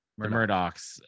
Murdochs